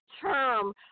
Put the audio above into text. term